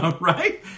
right